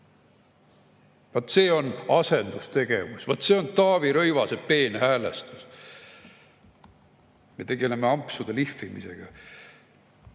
see on asendustegevus, vaat see on Taavi Rõivase peenhäälestus. Me tegeleme ampsude lihvimisega,